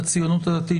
הציונות הדתית,